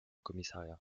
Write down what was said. commissariat